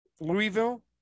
Louisville